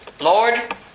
Lord